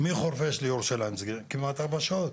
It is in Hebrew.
אה, סליחה, זאת טעות שלי,